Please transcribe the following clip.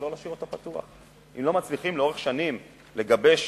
ולא להשאיר אותו פתוח אם לא מצליחים לאורך שנים לגבש